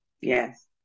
Yes